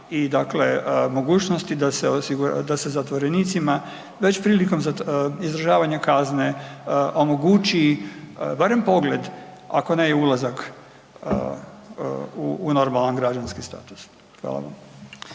mogućnosti da se zatvorenicima već prilikom izdržavanja kazne omogući barem pogled ako ne i ulazak u normalni građanski status. Hvala.